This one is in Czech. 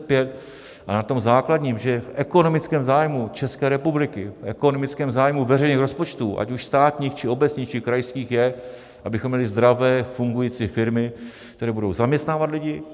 Ale na tom základním, že je v ekonomickém zájmu České republiky, v ekonomickém zájmu veřejných rozpočtů, ať už státních, či obecních, či krajských, je, abychom měli zdravé, fungující firmy, které budou zaměstnávat lidi.